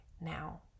now